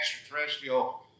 extraterrestrial